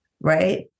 right